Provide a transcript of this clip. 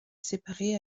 séparé